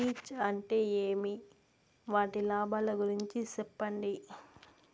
కీచ్ అంటే ఏమి? వాటి లాభాలు గురించి సెప్పండి?